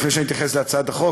לפני שאני מתייחס להצעת החוק,